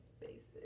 basic